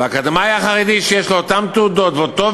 והאקדמאי החרדי שיש לו אותן תעודות ואותו